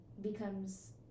becomes